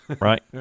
right